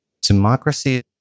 Democracy